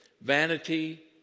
vanity